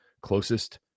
closest